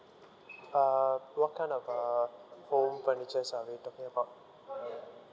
uh what kind of uh home furnitures are we talking about